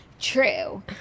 True